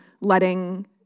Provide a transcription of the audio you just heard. letting